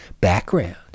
background